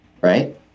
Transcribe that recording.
right